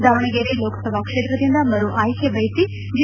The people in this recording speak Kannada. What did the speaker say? ದಾವಣಗೆರೆ ಲೋಕಸಭಾ ಕ್ಷೇತ್ರದಿಂದ ಮರು ಆಯ್ಕೆ ಬಯಸಿ ಜಿ